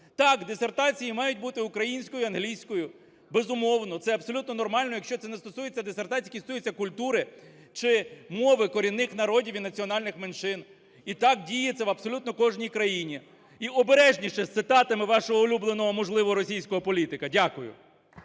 Так, дисертації мають бути українською і англійською, безумовно, це абсолютно нормально, якщо це не стосується дисертацій, які стосуються культури чи мови корінних народів і національних меншин. І так діється в абсолютно кожній країні. І обережніше з цитатами вашого улюбленого, можливо, російського політика. Дякую.